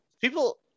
People